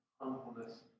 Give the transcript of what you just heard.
humbleness